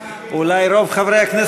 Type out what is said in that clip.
אולי רוב חברי הכנסת מסכימים לזה.